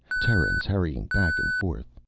terrans hurrying back and forth.